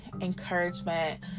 encouragement